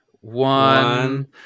one